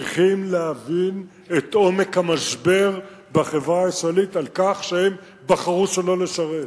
צריכים להבין את עומק המשבר בחברה הישראלית על כך שהם בחרו שלא לשרת.